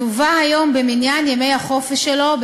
יובא היום במניין ימי החופשה שלו,